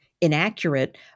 inaccurate